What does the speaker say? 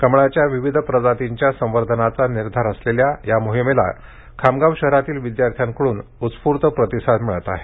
कमळाच्या विविध प्रजातींच्या संवर्धनाचा निर्धार असलेल्या या मोहिमेला खामगाव शहरातील विद्यार्थ्यांकडून उत्स्फूर्त प्रतिसाद मिळत आहे